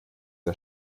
der